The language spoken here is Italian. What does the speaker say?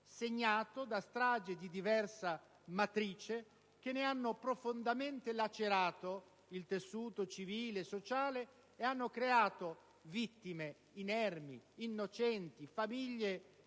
segnato da stragi di diversa matrice che ne hanno profondamente lacerato il tessuto civile e sociale, creando vittime inermi, innocenti, con famiglie